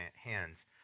hands